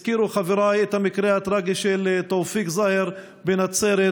הזכירו חבריי את המקרה הטרגי של תאופיק זהר בנצרת,